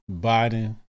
biden